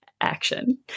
action